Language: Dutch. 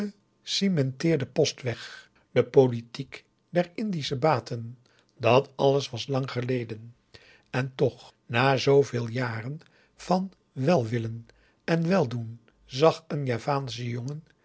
gecimenteerde postweg de politiek der indische baten dat augusta de wit orpheus in de dessa alles was lang geleden en toch na zo veel jaren van wel willen en wel doen zag een javaansche jongen